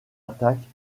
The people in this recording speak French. attaque